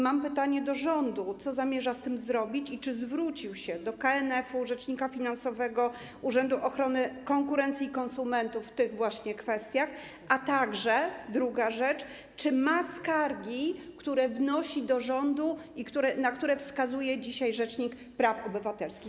Mam pytanie do rządu, co zamierza z tym zrobić i czy zwrócił się do KNF-u, rzecznika finansowego, Urzędu Ochrony Konkurencji i Konsumentów w tych właśnie kwestiach, a także, to druga rzecz, czy ma skargi, które wnosi do rządu i na które wskazuje dzisiaj rzecznik praw obywatelskich.